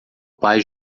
pai